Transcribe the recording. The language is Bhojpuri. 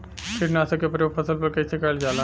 कीटनाशक क प्रयोग फसल पर कइसे करल जाला?